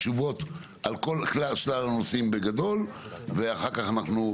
תשובות על כל שלל הנושאים בגדול ואחר כך אנחנו,